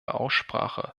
aussprache